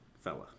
fella